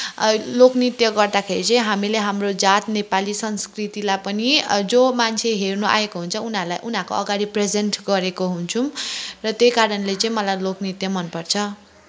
लोकनृत्य गर्दाखेरि चाहिँ हामीले हाम्रो जात नेपाली संस्कृतिलाई पनि जो मान्छे हेर्नु आएको हुन्छ उनीहरूलाई उनीहरूको अगाडि प्रेजेन्ट गरेको हुन्छौँ र त्यही कारणले चाहिँ मलाई लोकनृत्य मनपर्छ